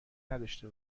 نداشته